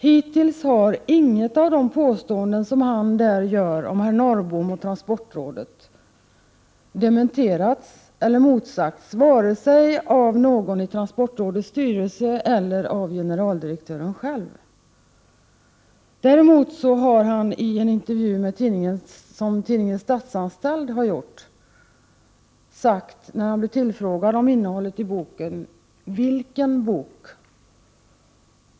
Hittills har inget av de påståenden som han där gör om herr Norrbom och transportrådet dementerats eller motsagts, varken av någon i transportrådets styrelse eller av generaldirektören själv. Denne har däremot vid en intervju för tidningen Statsanställd, när han blev tillfrågad om innehållet i boken, sagt: Vilken bok?